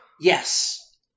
Yes